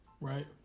right